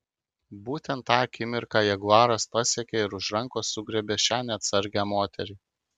būtent tą akimirką jaguaras pasiekė ir už rankos sugriebė šią neatsargią moterį